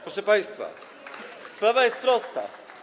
Proszę państwa, sprawa jest prosta.